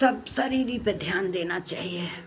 तब शरीर ही पर ध्यान देना चहिए